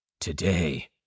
today